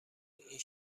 این